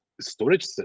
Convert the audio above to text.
storage